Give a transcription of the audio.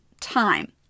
time